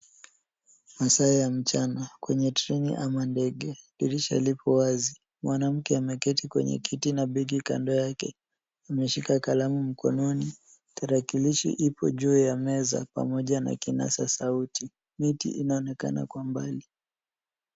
Masaa ya mchana, kwenye treni ama ndege. Dirisha lipo wazi. Mwanamke ameketi kwenye kiti na begi kando yake. Ameshika kalamu mkononi, tarakilishi ipo juu ya meza pamoja na kinasa sauti. Viti inaonekana kwa mbali.